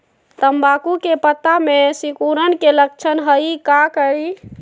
तम्बाकू के पत्ता में सिकुड़न के लक्षण हई का करी?